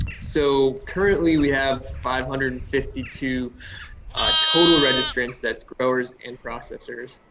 so, currently we have five hundred and fifty two total registrants, that's growers and processors.